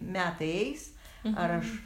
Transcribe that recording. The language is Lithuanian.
metai eis ar aš